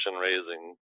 raising